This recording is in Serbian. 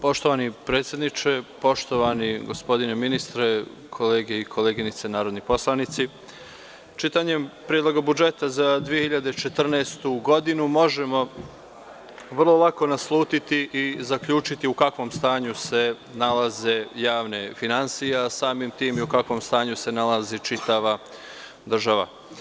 Poštovani gospodine ministre, koleginice i kolege narodni poslanici, čitanjem Predloga budžeta za 2014. godinu možemo vrlo lako naslutiti i zaključiti u kakvom stanju se nalaze javne finansije, a samim tim i u kakvom stanju se nalazi čitava država.